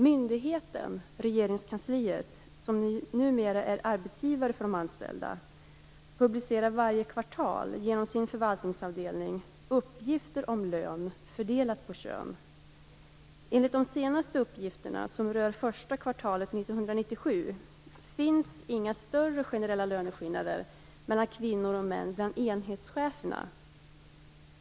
Myndigheten, Regeringskansliet, som numera är arbetsgivare för de anställda publicerar varje kvartal genom sin förvaltningsavdelning uppgifter om lön fördelad på kön. Enligt de senaste uppgifterna som rör det första kvartalet år 1997 finns inga större generella löneskillnader mellan kvinnor och män bland enhetscheferna.